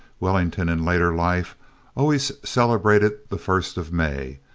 wellington in later life always celebrated the first of may,